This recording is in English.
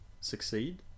succeed